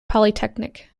polytechnic